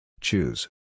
Choose